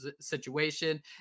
situation